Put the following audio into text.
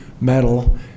metal